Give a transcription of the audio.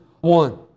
One